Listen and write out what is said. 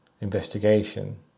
investigation